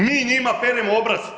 Mi njima peremo obraz.